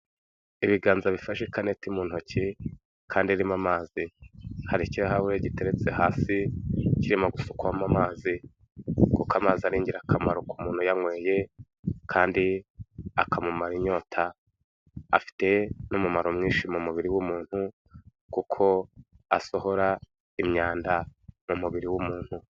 Ibiganza bifashe ikaneti mu ntoki, kandi irimo amazi. Hari ikirahure giteretse hasi kirimo gusukwamo amazi. Kuko amazi ari ingirakamaro ku muntu uyanyweye kandi akamumara inyota, afite n'umumaro mwinshi mu mubiri w'umuntu kuko asohora imyanda mu mubiri w'umuntu.